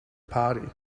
party